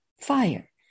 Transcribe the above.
fire